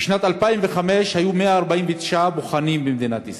בשנת 2005 היו 149 בוחנים במדינת ישראל,